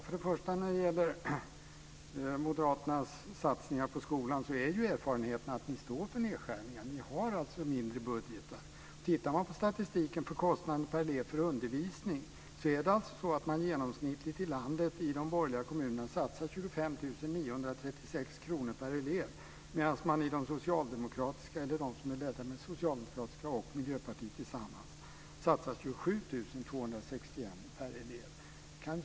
Fru talman! När det gäller moderaternas satsningar på skolan är ju erfarenheterna att ni står för nedskärningar. Ni har mindre budgetar. Ser man på statistiken för kostnaden för undervisning per elev satsar man genomsnittligt över landet i de borgerliga kommunerna 25 936 kr per elev, medan man i socialdemokratiskt styrda kommuner eller i kommuner som är ledda av socialdemokrater och Miljöpartiet tillsammans satsar 27 261 kr per elev.